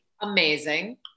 amazing